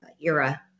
era